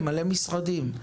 הרבה, הרבה משרדים.